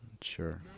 Sure